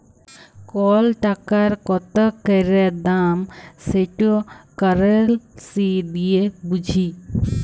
call টাকার কত ক্যইরে দাম সেট কারেলসি দিঁয়ে বুঝি